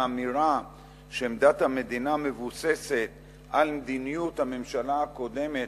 האמירה שעמדת המדינה מבוססת על מדיניות הממשלה הקודמת